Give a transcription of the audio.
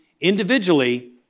individually